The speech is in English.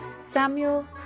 Samuel